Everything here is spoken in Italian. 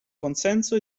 consenso